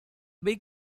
big